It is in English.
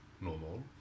normal